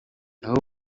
aho